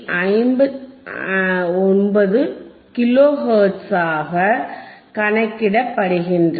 59 kilo ஹெர்ட்ஸாக கணக்கிடப்படுகின்றன